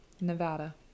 Nevada